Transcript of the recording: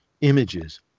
images